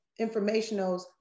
informationals